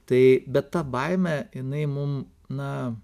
tai bet ta baimė jinai mum na